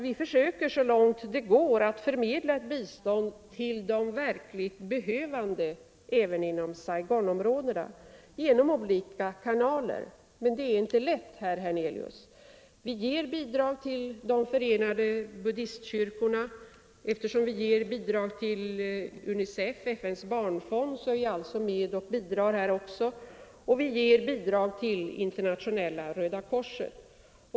Vi försöker, så långt det går, att förmedla ett bistånd till de verkligt behövande även inom Saigonområdena genom olika kanaler. Men det är inte lätt, herr Hernelius. Vi ger bidrag till de förenade buddistkyrkorna. Eftersom vi ger bidrag till UNICEF, FN:s barnfond, bidrar vi också här. Vi ger även bidrag till Internationella röda korset.